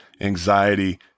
anxiety